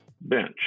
Bench